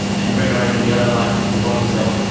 and red, orange and yellow light in the bottom cell.